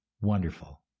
Wonderful